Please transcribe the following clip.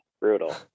brutal